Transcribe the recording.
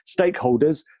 Stakeholders